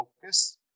focus